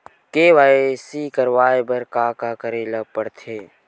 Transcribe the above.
KYC करवाय बर का का करे ल पड़थे?